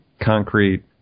concrete